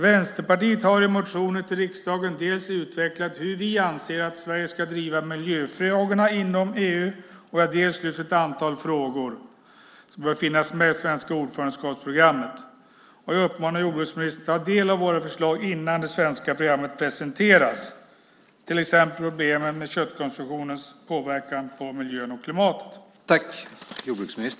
Vänsterpartiet har i motioner till riksdagen dels utvecklat hur vi anser att Sverige ska driva miljöfrågorna inom EU, dels lyft upp ett antal frågor som bör finnas med i det svenska ordförandeskapsprogrammet. Jag uppmanar jordbruksministern att ta del av våra förslag innan det svenska programmet presenteras. Det gäller till exempel problemen med köttkonsumtionens påverkan på miljön och klimatet.